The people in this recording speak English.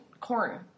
corn